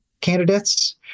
candidates